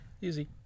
Easy